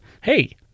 hey